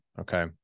okay